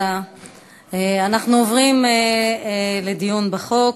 אנחנו עוברים לדיון בחוק.